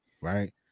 right